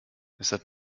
weshalb